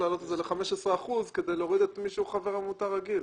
להעלות את זה ל-15 אחוזים כדי להוריד מי שהוא חבר עמותה רגיל.